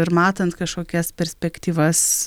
ir matant kažkokias perspektyvas